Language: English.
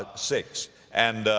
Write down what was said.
ah six and,